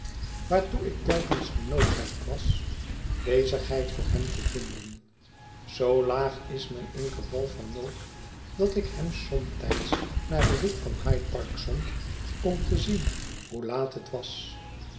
waartoe ik telkens genoodzaakt was bezigheid voor hem te vinden zoo laag is men in geval van nood dat ik hem somtijds naar den hoek van hyde park zond om te zien hoe laat het was